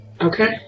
Okay